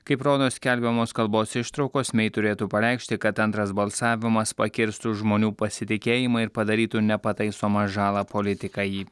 kaip rodo skelbiamos kalbos ištraukos mei turėtų pareikšti kad antras balsavimas pakirstų žmonių pasitikėjimą ir padarytų nepataisomą žalą politikai